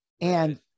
And-